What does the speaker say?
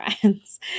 friends